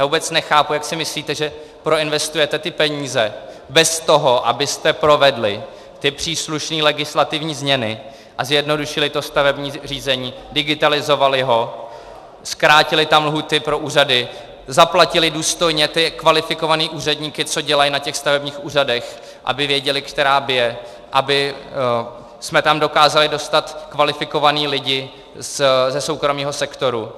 Já vůbec nechápu, jak si myslíte, že proinvestujete ty peníze bez toho, abyste provedli příslušné legislativní změny a zjednodušili stavební řízení, digitalizovali ho, zkrátili tam lhůty pro úřady, zaplatili důstojně kvalifikované úředníky, co dělají na stavebních úřadech, aby věděli, která bije, abychom tam dokázali dostat kvalifikované lidi ze soukromého sektoru.